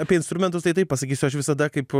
apie instrumentus tai taip pasakysiu aš visada kaip